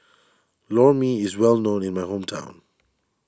Lor Mee is well known in my hometown